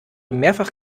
mehrfach